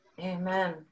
amen